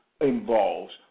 involves